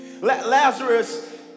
Lazarus